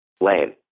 Lame